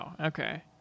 okay